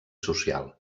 social